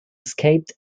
escaped